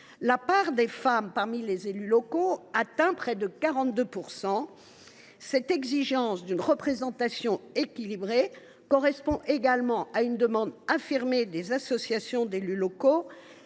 la part des femmes parmi les élus locaux atteint près de 42 %, cette exigence d’une représentation équilibrée correspond également à une demande affirmée des associations d’élus locaux,